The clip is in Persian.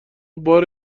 بار